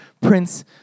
Prince